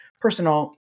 personal